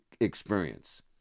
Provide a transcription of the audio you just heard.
experience